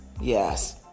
yes